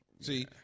See